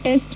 test